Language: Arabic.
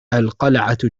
القلعة